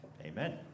Amen